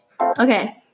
Okay